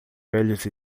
velhos